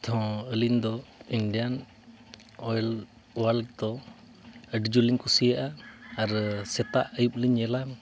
ᱱᱤᱛ ᱦᱚᱸ ᱟᱹᱞᱤᱧ ᱫᱚ ᱤᱱᱰᱤᱭᱟᱱ ᱚᱭᱮᱞ ᱚᱣᱟᱨᱞᱰ ᱫᱚ ᱟᱹᱰᱤᱡᱳᱨ ᱞᱤᱧ ᱠᱩᱥᱤᱭᱟᱜᱼᱟ ᱟᱨ ᱥᱮᱛᱟᱜ ᱟᱹᱭᱩᱵ ᱞᱤᱧ ᱧᱮᱞᱟ